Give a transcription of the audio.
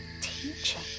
teaching